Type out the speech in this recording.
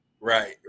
Right